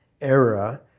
era